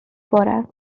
bore